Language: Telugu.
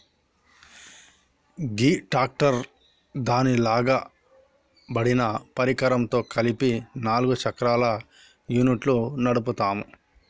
గీ ట్రాక్టర్ దాని లాగబడిన పరికరంతో కలిపి నాలుగు చక్రాల యూనిట్ను నడుపుతాము